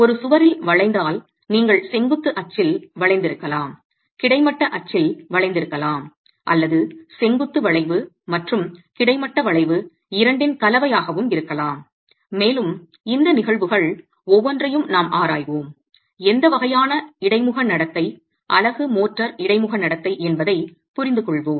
ஒரு சுவரில் வளைந்தால் நீங்கள் செங்குத்து அச்சில் வளைந்திருக்கலாம் கிடைமட்ட அச்சில் வளைந்திருக்கலாம் அல்லது செங்குத்து வளைவு மற்றும் கிடைமட்ட வளைவு இரண்டின் கலவையாகவும் இருக்கலாம் மேலும் இந்த நிகழ்வுகள் ஒவ்வொன்றையும் நாம் ஆராய்வோம் எந்த வகையான இடைமுக நடத்தை அலகு மோர்ட்டார் இடைமுக நடத்தை என்பதைப் புரிந்துகொள்வோம்